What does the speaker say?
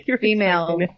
female